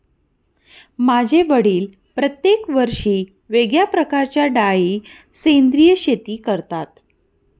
माझे वडील प्रत्येक वर्षी वेगळ्या प्रकारच्या डाळी सेंद्रिय शेती करतात